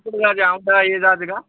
कुठला देव ये जा ते का